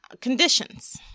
conditions